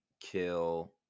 kill